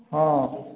ହଁ